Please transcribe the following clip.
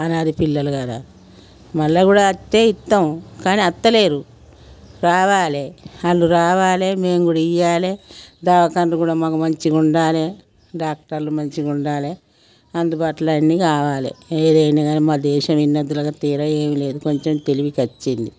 అనాద్ది పిల్లలు కదా మళ్ళీ కూడా వస్తే ఇస్తాం కానీ అత్తలేరు రావాలే వాళ్ళు రావాలే మేము కూడా ఇవ్వాలే దావకాన్రు కూడా మాకు మంచిగా ఉండాలే డాక్టర్లు మంచిగా ఉండాలే అందుబాటులో అన్ని కావాలే ఏదైనా కాని మా దేశం ఇన్నద్దులు తీరా ఏవి లేదు కొంచెం తెలివికి అచ్చింది